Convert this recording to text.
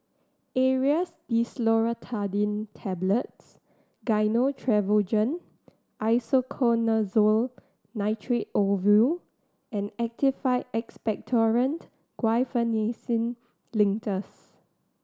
Aerius DesloratadineTablets Gyno Travogen Isoconazole Nitrate Ovule and Actified Expectorant Guaiphenesin Linctus